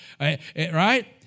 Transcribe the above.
Right